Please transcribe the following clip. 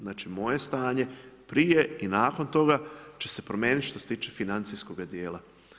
Znači moje stanje prije i nakon toga će se promijeniti što se tiče financijskoga dijela.